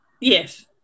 Yes